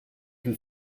can